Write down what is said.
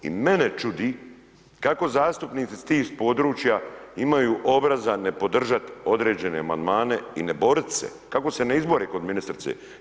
I mene čudi kako zastupnici iz tih područja imaju obraza ne podržati određene amandmane i ne boriti se, kako se ne izbore kod ministrice.